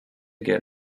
get